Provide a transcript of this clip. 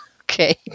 Okay